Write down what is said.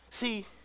See